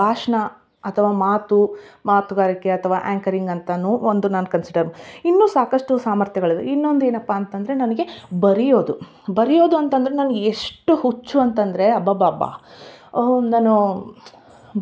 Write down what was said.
ಭಾಷಣ ಅಥವಾ ಮಾತು ಮಾತುಗಾರಿಕೆ ಅಥವಾ ಆ್ಯಂಕರಿಂಗ್ ಅಂತಾನು ಒಂದು ನಾನು ಕನ್ಸಿಡರ್ ಇನ್ನು ಸಾಕಷ್ಟು ಸಾಮರ್ಥ್ಯಗಳಿವೆ ಇನ್ನೊಂದು ಏನಪ್ಪಾ ಅಂತಂದರೆ ನನಗೆ ಬರಿಯೋದು ಬರಿಯೋದು ಅಂತಂದರೆ ನಾನು ಎಷ್ಟು ಹುಚ್ಚು ಅಂತಂದರೆ ಅಬ್ಬಬ್ಬಬ್ಬ ನಾನು